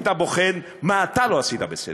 היית בוחן מה אתה לא עשית בסדר.